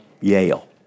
Yale